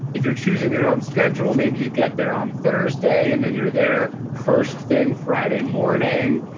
if you're choosing your own schedule maybe you get there on thursday, and then you're there first thing friday morning,